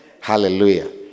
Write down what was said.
Hallelujah